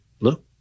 look